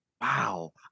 Wow